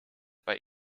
bei